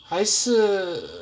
还是